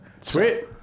sweet